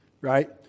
right